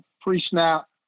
pre-snap